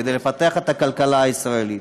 כדי לפתח את הכלכלה הישראלית,